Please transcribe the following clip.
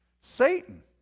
satan